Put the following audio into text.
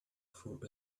through